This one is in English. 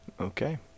Okay